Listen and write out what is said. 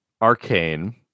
arcane